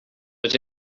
but